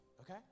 okay